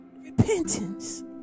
repentance